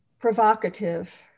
provocative